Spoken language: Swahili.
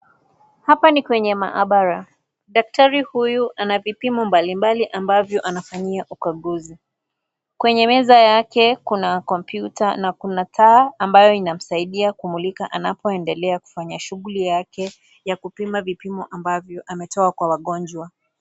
Hapa ni kwenye mahabara. Daktari huyo, ana vipimo mbalimbali ambavyo anafanyia ukaguzi. Kwenye meza yake, kuna kompyuta na kuna taa ambayo inamsaidia kumulika anapoendelea kufanya shughuli yake ya kupima vipimo ambavyo ametoa kwa wagonjwa.